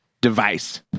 device